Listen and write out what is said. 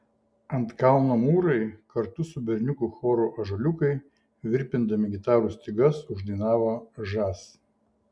ant kalno mūrai kartu su berniukų choru ąžuoliukai virpindami gitarų stygas uždainavo žas